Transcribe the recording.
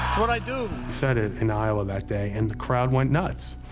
what i do. he said it in iowa that day, and the crowd went nuts.